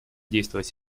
действовать